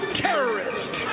terrorist